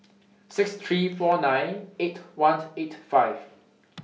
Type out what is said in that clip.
six thousand three hundred and forty nine eight thousand one hundred and eighty five